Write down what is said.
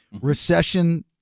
recession